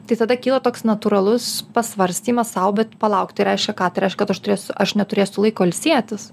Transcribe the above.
tai tada kyla toks natūralus pasvarstymas sau bet palauk tai reiškia ką tai reiškia kad aš turėsiu aš neturėsiu laiko ilsėtis